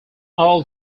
all